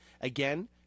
again